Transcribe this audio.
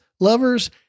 lovers